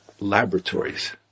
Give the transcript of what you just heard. laboratories